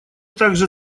также